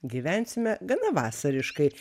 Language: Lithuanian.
gyvensime gana vasariškai